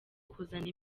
kuzana